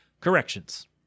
corrections